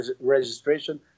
registration